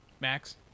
Max